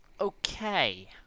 Okay